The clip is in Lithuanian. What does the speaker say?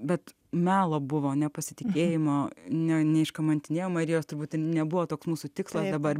bet melo buvo nepasitikėjimo neiškamantinėjo marijos turbūt nebuvo toks mūsų tikslas dabar